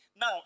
Now